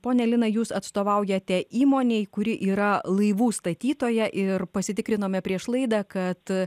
ponia lina jūs atstovaujate įmonei kuri yra laivų statytoja ir pasitikrinome prieš laidą kad